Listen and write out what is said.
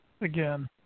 again